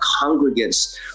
congregants